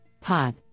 POT